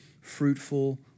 fruitful